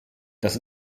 das